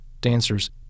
dancers